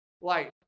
light